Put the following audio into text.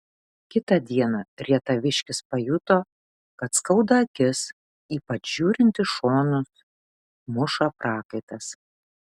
kitą dieną rietaviškis pajuto kad skauda akis ypač žiūrint į šonus muša prakaitas